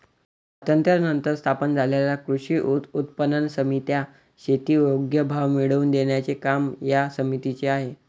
स्वातंत्र्यानंतर स्थापन झालेल्या कृषी उत्पन्न पणन समित्या, शेती योग्य भाव मिळवून देण्याचे काम या समितीचे आहे